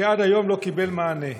שעד היום לא קיבל מענה.